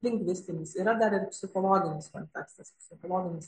lingvistinis yra dar ir psichologinis kontekstas psichologinis